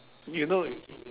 you know